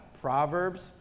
proverbs